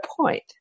point